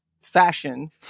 fashion